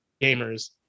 gamers